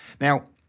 Now